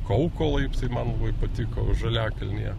kauko laiptai man labai patiko žaliakalnyje